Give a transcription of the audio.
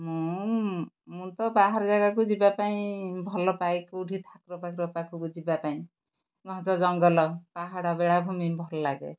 ମୁଁ ମୁଁ ତ ବାହାର ଜାଗାକୁ ଯିବା ପାଇଁ ଭଲ ପାଏ କେଉଁଠି ଠାକୁର ଫାକୁର ପାଖକୁ ଯିବା ପାଇଁ ଘଞ୍ଚ ଜଙ୍ଗଲ ପାହାଡ଼ ବେଳାଭୂମି ଭଲ ଲାଗେ